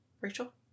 Rachel